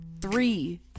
three